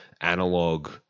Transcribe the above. analog